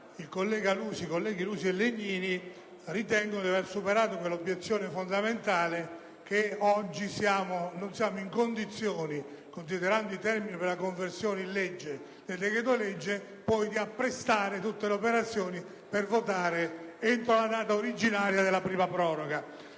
con questa data, i senatori Lusi e Legnini ritengono di aver superato l'obiezione fondamentale e cioè che oggi non siamo nelle condizioni, considerando i termini per la conversione in legge del decreto-legge, di apprestare tutte le operazioni per votare entro la data originaria della prima proroga.